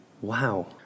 Wow